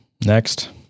Next